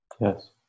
Yes